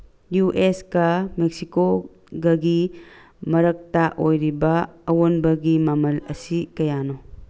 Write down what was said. ꯌꯨꯑꯦꯁꯀ ꯃꯦꯛꯁꯤꯀꯣꯒꯒꯤ ꯃꯔꯛꯇ ꯑꯣꯏꯔꯤꯕ ꯑꯋꯣꯟꯕꯒꯤ ꯃꯃꯜ ꯑꯁꯤ ꯀꯌꯥꯅꯣ